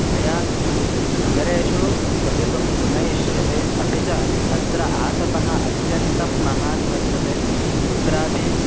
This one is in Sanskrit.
मया नगरेषु वसितुं न इष्यते अपि च अत्र आतपः अत्यन्तं महान् वर्तते कुत्रापि